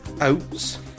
Oats